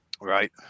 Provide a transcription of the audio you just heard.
Right